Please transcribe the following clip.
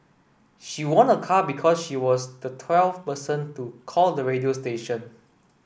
she won a car because she was the twelfth person to call the radio station